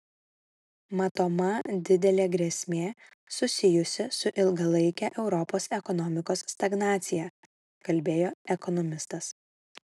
matoma didelė grėsmė susijusi su ilgalaike europos ekonomikos stagnacija kalbėjo ekonomistas